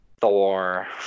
Thor